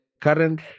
current